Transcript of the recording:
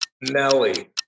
Nelly